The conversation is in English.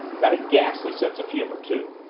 got a ghastly sense of humor, too.